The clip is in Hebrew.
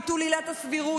ביטול עילת הסבירות,